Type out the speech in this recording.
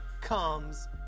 comes